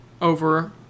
over